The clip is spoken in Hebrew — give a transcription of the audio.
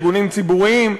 ארגונים ציבוריים.